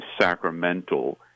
sacramental